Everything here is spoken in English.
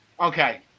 Okay